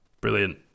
Brilliant